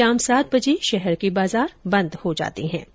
शाम सात बजे शहर के बाजार बंद हो जाते हें